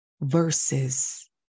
versus